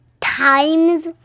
times